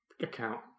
account